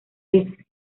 veces